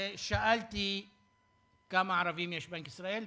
שאלתי כמה ערבים יש בבנק ישראל,